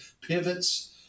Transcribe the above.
pivots